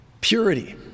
purity